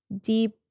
deep